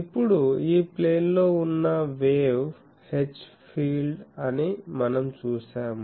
ఇప్పుడు ఈ ప్లేన్ లో ఉన్న వేవ్ H ఫీల్డ్ అని మనం చూశాము